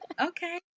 Okay